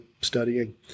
studying